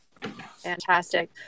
Fantastic